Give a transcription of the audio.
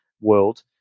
world